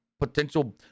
potential